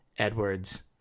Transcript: Edwards